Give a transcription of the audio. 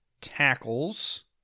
tackles